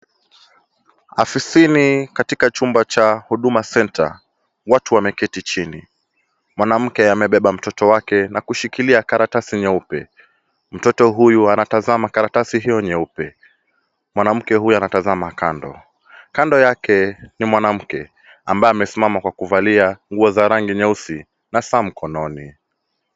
Afisini katika chumba cha Huduma Center, watu wameketi chini. Mwanamke amebeba mtoto wake na kushikilia karatasi nyeupe. Mtoto huyu anatazama karatasi hiyo nyeupe. Mwanamke huyu anatazama kando. Kando yake ni mwanamke ambaye amesimama kwa kuvalia nguo za rangi nyeusi na saa mkononi.